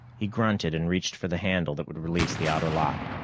he grunted and reached for the handle that would release the outer lock.